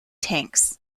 tanks